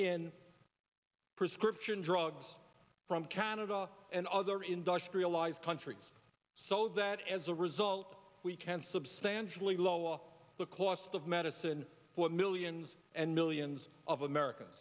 in prescription drugs from canada and other industrialized countries so that as a result we can substantially law the cost of medicine for millions and millions of america